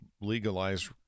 legalize